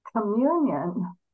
communion